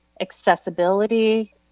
accessibility